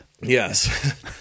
Yes